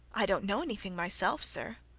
i don't know anything myself, sir.